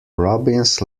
robbins